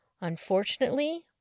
Unfortunately